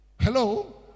Hello